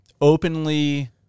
openly